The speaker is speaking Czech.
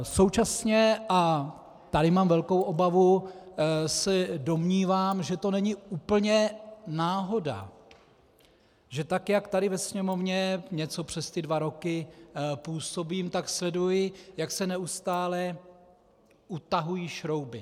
Současně, a tady mám velkou obavu, se domnívám, že to není úplně náhoda, že tak jak tady ve Sněmovně něco přes ty dva roky působím, tak sleduji, jak se neustále utahují šrouby.